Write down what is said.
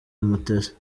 mutesi